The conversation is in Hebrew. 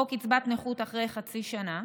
או קצבת נכות אחרי חצי שנה,